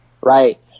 right